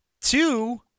Two